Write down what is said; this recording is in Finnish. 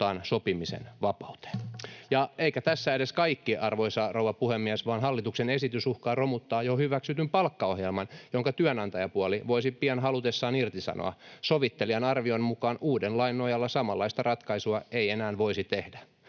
Eikä tässä edes kaikki, arvoisa rouva puhemies, vaan hallituksen esitys uhkaa romuttaa jo hyväksytyn palkkaohjelman, jonka työnantajapuoli voisi pian halutessaan irtisanoa. Sovittelijan arvion mukaan uuden lain nojalla samanlaista ratkaisua ei enää voisi tehdä.